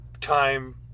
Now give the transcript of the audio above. time